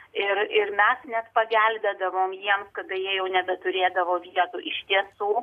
ir ir mes net pagelbėdavom jiems kada jie jau nebeturėdavo vietų iš tiesų